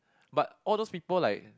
but all those people like